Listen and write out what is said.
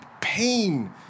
pain